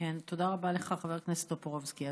תודה רבה לך, חבר הכנסת טופורובסקי.